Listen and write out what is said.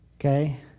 Okay